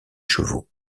chevaux